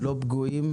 לא פגועים,